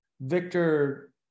Victor